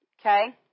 Okay